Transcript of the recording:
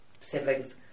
siblings